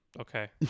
Okay